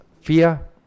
fear